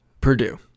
Purdue